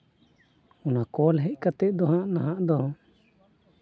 ᱚᱱᱟ ᱠᱚᱞ ᱦᱮᱡ ᱠᱟᱛᱮᱜ ᱫᱚ ᱦᱟᱸᱜ ᱱᱟᱦᱟᱜ ᱫᱚ